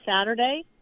Saturday